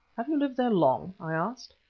have you lived there long? i asked.